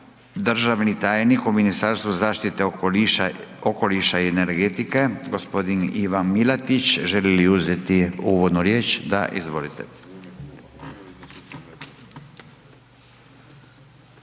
državni tajnik u Ministarstvu zaštite okoliša, okoliša i energetike, g. Ivo Milatić, želi li uzeti uvodnu riječ? Da, izvolite.